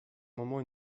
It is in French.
moment